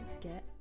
get